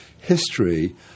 history